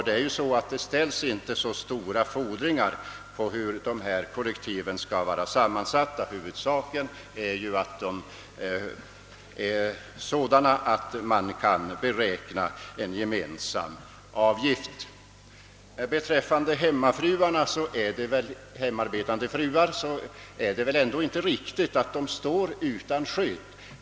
Det ställs inte så stora fordringar på hur dessa kollektiv skall vara sammansatta. Huvudsaken är ju att de är sådana att man kan beräkna en gemensam avgift. Beträffande hemarbetande fruar är det väl ändå inte riktigt att de står utan skydd.